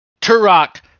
Turok